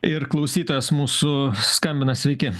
ir klausytojas mūsų skambina sveiki